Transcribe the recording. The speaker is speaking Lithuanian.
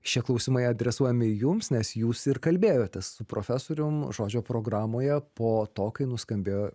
šie klausimai adresuojami jums nes jūs ir kalbėjotės su profesorium žodžio programoje po to kai nuskambėjo